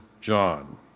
John